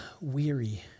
weary